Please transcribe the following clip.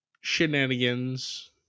shenanigans